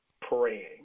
praying